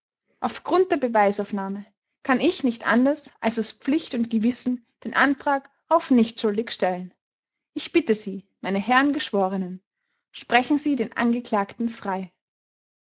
auf grund der beweisaufnahme kann ich nicht anders als aus pflicht und gewissen den antrag auf nichtschuldig stellen ich bitte sie meine herren geschworenen sprechen sie den angeklagten frei